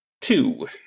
Two